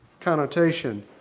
connotation